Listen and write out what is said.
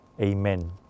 Amen